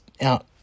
out